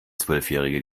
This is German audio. zwölfjähriger